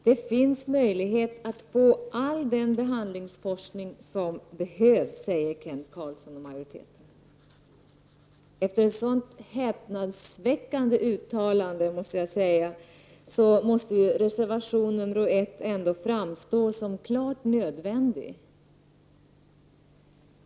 Fru talman! Kent Carlsson och majoriteten säger att det finns möjlighet att få all den behandlingsforskning som behövs. Efter ett sådant häpnadsväckande uttalande måste reservation 1 ändå framstå som klart berättigad.